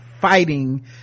fighting